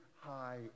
high